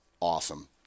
awesome